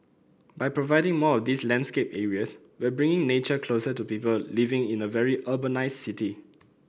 by providing more of these landscape areas we're bringing nature closer to people living in a very urbanised city